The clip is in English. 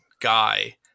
guy